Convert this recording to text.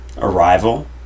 Arrival